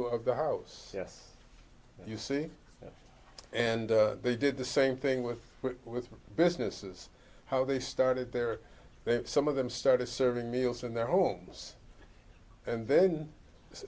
of the house yes you see and they did the same thing with businesses how they started there some of them started serving meals in their homes and then